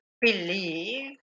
believe